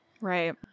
Right